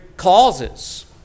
causes